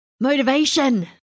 motivation